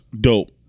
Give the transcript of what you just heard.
dope